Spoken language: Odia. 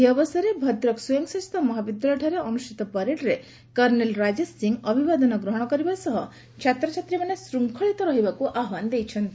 ଏହି ଅବସରରେ ଭଦ୍ରକ ସ୍ୱୟଂଶାସିତ ମହାବିଦ୍ୟାଳୟ ଠାରେ ଅନୁଷିତ ପ୍ୟାରେଡରେ କର୍ଷେଲ ରାକେଶ ସିଂ ଅଭିବାଦନ ଗ୍ରହଣ କରିବା ସହ ଛାତ୍ରଛାତ୍ରୀମାନେ ଶୃଙ୍ଖଳିତ ରହିବାକୁ ଆହ୍ବାନ ଦେଇଛନ୍ତି